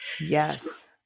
Yes